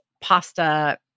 pasta